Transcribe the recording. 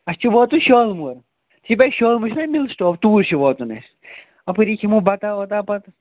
اَسہِ چھُ واتُن شالمٲر ہَے بیٚیہِ شالمٲر چھُنا مِل سِٹاپ توٗرۍ چھُ واتُن اَسہِ اَپٲری کھٮ۪مَو بَتہٕ وتاہ پَتہٕ